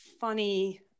funny